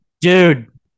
Dude